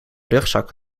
rugzak